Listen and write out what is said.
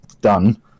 done